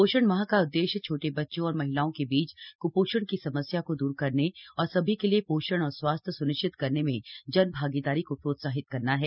पोषण माह का उद्देश्य छोटे बच्चों और महिलाओं के बीच कुपोषण की समस्या को दूर करने और सभी के लिए पोषण और स्वास्थ्य सुनिश्चित करने में जनभागीदारी को प्रोत्साहित करना है